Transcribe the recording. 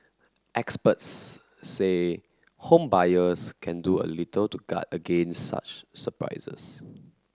experts say home buyers can do a little to guard against such surprises